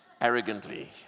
arrogantly